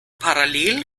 parallel